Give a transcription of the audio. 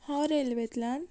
हांव रेल्वेंतल्यान